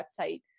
website